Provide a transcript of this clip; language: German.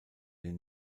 den